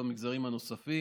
במגזרים הנוספים.